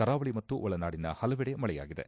ಕರಾವಳಿ ಮತ್ತು ಒಳನಾಡಿನ ಹಲವೆಡೆ ಮಳೆಯಾಗಿದೆ